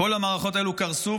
כל המערכות האלה קרסו,